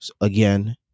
again